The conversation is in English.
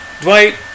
Dwight